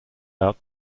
out